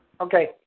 Okay